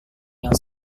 yang